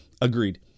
agreed